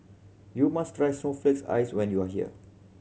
you must try snowflakes ice when you are here